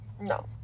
No